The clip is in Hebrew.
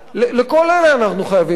לכל אלה אנחנו חייבים תשובות,